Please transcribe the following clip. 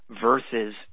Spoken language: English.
versus